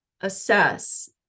assess